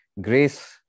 grace